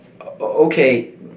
okay